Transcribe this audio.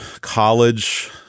college